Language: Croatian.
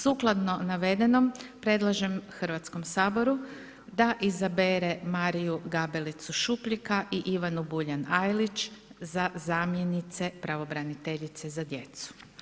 Sukladno navedenom, predlažem Hrvatskom saboru da izabere Mariju Gabelicu Šupljika i Ivanu Buljan Ajelić za zamjenice pravobraniteljice za djecu.